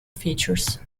features